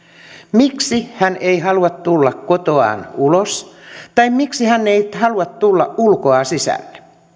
miksi hän ei halua tulla kotoaan ulos tai miksi hän ei halua tulla ulkoa sisälle